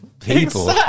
people